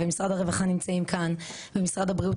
ומשרד הרווחה נמצאים כאן ומשרד הבריאות